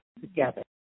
together